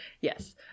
yes